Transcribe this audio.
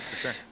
Sure